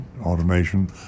automation